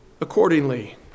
accordingly